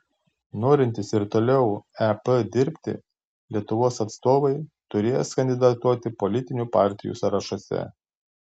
norintys ir toliau ep dirbti lietuvos atstovai turės kandidatuoti politinių partijų sąrašuose